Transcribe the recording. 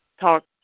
talk